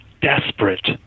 desperate